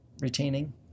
retaining